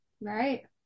Right